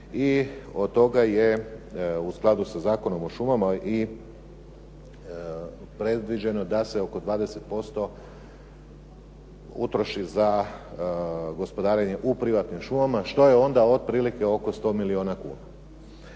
i od toga je u skladu sa Zakonom o šumama i predviđeno da se oko 20% utroši za gospodarenje u privatnim šumama, što je onda otprilike oko 100 milijuna kuna,